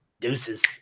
deuces